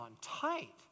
tight